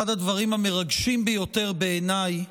אחד הדברים המרגשים ביותר בעיניי,